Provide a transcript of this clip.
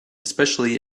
especially